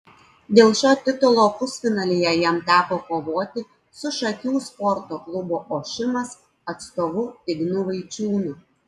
dėl šio titulo pusfinalyje jam teko kovoti su šakių sporto klubo ošimas atstovu ignu vaičiūnu